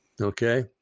okay